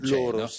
loro